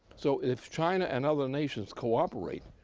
so if china and other nations cooperate,